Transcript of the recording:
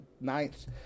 ninth